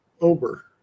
over